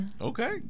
Okay